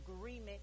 agreement